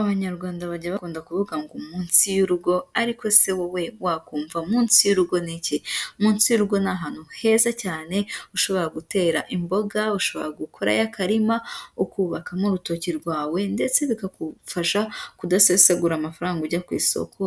Abanyarwanda bajya bakunda kuvuga ngo munsi y'urugo, ariko se wowe wakumva munsi y'urugo ni iki? Munsi y'ururgo ni ahantu heza cyane ushobora gutera imboga, ushobora gukorayo akarima, ukubakamo urutoki rwawe, ndetse bikakufasha kudasesagura amafaranga ujya ku isoko,